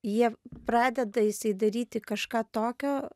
jie pradeda jisai daryti kažką tokio